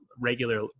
regular